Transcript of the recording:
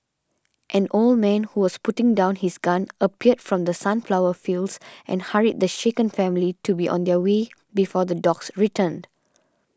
an old man who was putting down his gun appeared from the sunflower fields and hurried the shaken family to be on their way before the dogs return